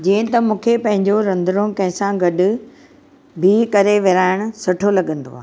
जीअं त मूंखे पंहिंजो रंधिणो कंहिं सां गॾु बीहु करे विराइण सुठो लॻंदो आहे